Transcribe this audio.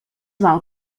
val